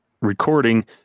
recording